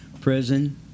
prison